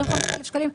25,000 שקלים,